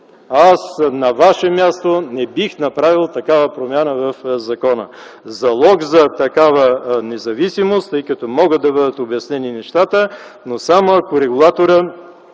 Аз на Ваше място не бих направил такава промяна в закона. Залог за такава независимост, тъй като могат да бъдат обяснени нещата е само, ако регулаторът